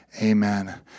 amen